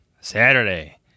Saturday